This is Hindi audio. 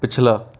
पिछला